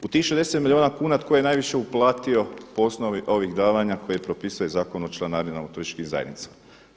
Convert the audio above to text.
U tih 60 milijuna tko je najviše uplatio po osnovi ovih davanja koje propisuje Zakon o članarinama u turističkim zajednicama.